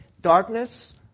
darkness